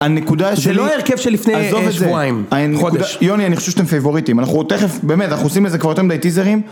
הנקודה של... זה לא הרכב שלפני שבועיים, חודש. יוני, אני חושב שאתם פבוריטים. אנחנו תכף, באמת, אנחנו עושים לזה כבר יותר מדי טיזרים.